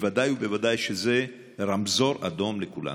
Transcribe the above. בוודאי ובוודאי שזה רמזור אדום לכולנו.